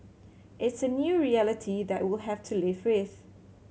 it's a new reality that we'll have to live with